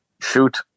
shoot